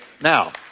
Now